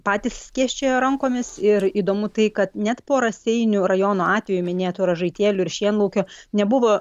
patys skėsčiojo rankomis ir įdomu tai kad net po raseinių rajono atvejų minėtų ražaitėlių ir šienlaukio nebuvo